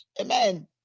Amen